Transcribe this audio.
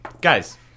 Guys